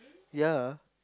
ya